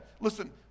Listen